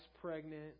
pregnant